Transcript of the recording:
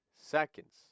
seconds